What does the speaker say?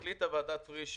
החליטה ועדת פריש,